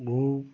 বহু